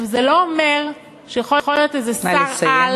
זה לא אומר שיכול להיות איזה שר-על,